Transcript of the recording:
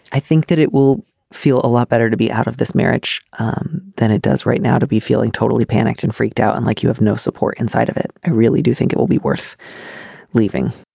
i think that it will feel a lot better to be out of this marriage than it does right now to be feeling totally panicked and freaked out and like you have no support inside of it i really do think it will be worth leaving